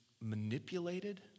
manipulated